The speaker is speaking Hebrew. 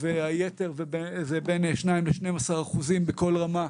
היתר זה בין 2% ל-12% בכל רמה,